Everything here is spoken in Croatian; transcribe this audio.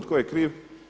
Tko je kriv?